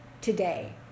today